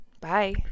Bye